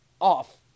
off